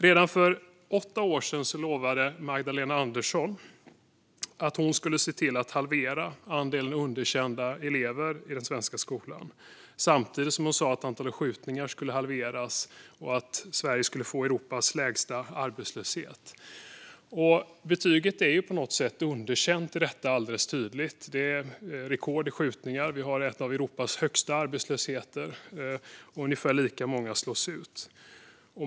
Redan för åtta år sedan lovade Magdalena Andersson att hon skulle se till att halvera andelen underkända elever i den svenska skolan. Samtidigt sa hon att antalet skjutningar skulle halveras och att Sverige skulle få Europas lägsta arbetslöshet. Betyget är på något sätt alldeles tydligt underkänt i detta. Det är rekord i skjutningar. Vi har en arbetslöshet som är en av Europas högsta, och ungefär lika många slås ut.